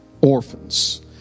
orphans